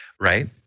Right